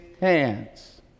hands